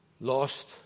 lost